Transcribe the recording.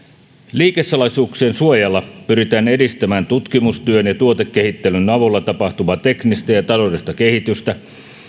liikesalaisuuksien suojalla pyritään edistämään tutkimustyön ja tuotekehittelyn avulla tapahtuvaa teknistä ja ja taloudellista kehitystä